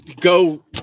go